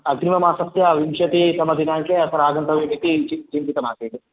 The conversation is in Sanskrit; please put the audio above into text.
अग्रिममासस्य विंशतितमदिनाङ्के अत्र आगन्तव्यमिति चि चिन्तितमासीत्